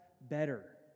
better